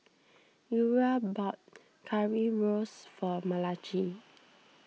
Eura bought Currywurst for Malachi